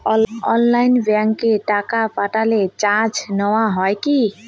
আলাদা ব্যাংকে টাকা পাঠালে চার্জ নেওয়া হয় কি?